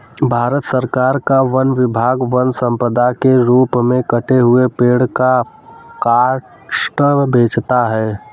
भारत सरकार का वन विभाग वन सम्पदा के रूप में कटे हुए पेड़ का काष्ठ बेचता है